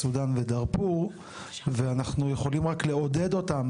סודן ודארפור ואנחנו יכולים רק לעודד אותם,